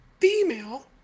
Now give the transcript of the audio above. female